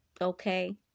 okay